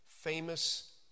Famous